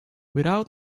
without